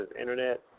internet